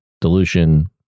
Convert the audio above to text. dilution